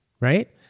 right